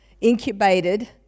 incubated